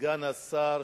סגן השר,